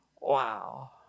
Wow